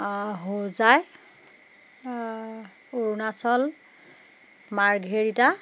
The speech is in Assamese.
হোজাই অৰুণাচল মাৰ্ঘেৰিটা